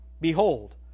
Behold